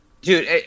Dude